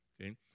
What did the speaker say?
okay